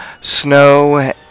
snow